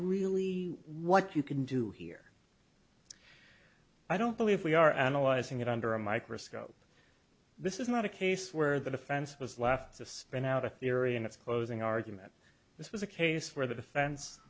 really what you can do here i don't believe we are analyzing it under a microscope this is not a case where the defense was left to spin out a theory and its closing argument this was a case where the defense